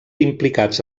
implicats